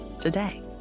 today